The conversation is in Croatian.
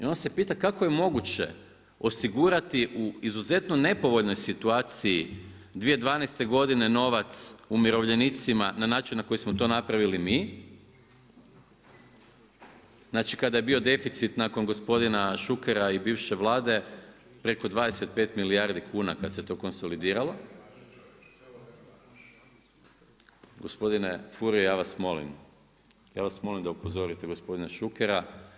I onda se pitam kako je moguće osigurati u izuzetno nepovoljnoj situaciji 2012. godine novac umirovljenicima na način na koji smo to napravili mi, kada je bio deficit nakon gospodina Šukera i bivše vlade preko 25 milijardi kuna kada se to konsolidiralo … [[Upadica se ne razumije.]] gospodine Furio, ja vas molim da upozorite gospodina Šukera.